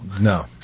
no